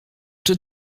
czy